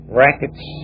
rackets